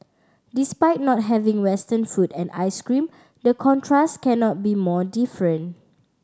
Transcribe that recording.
despite not having Western food and ice cream the contrast cannot be more different